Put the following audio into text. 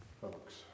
folks